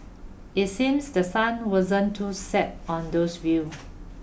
it seems the sun wasn't too set on those view